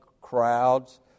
crowds